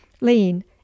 lean